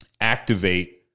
activate